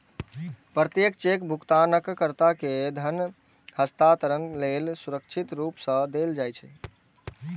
प्रत्येक चेक भुगतानकर्ता कें धन हस्तांतरण लेल सुरक्षित रूप सं देल जाइ छै